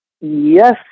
Yes